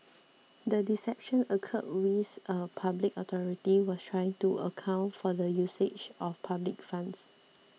the deception occurred whilst a public authority was trying to account for the usage of public funds